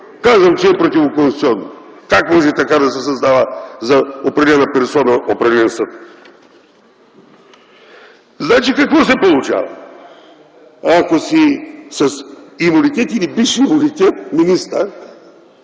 Казвам, че е противоконституционно. Как може така да се създава за определена персона – определен съд? Значи, какво се получава? Ако си с имунитет или бивш имунитет – министър,